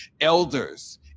elders